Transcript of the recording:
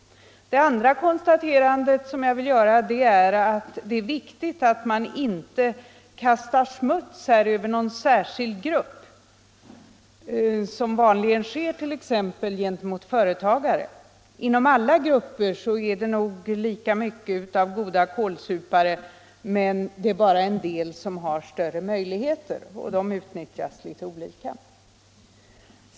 Det andra konstaterandet som jag vill göra är att det är viktigt att man här inte kastar smuts över någon särskild grupp, som vanligen sker t.ex. gentemot företagare. Inom alla grupper är det nog lika goda kålsupare, det är bara så att en del har större möjligheter och de utnyttjas litet olika.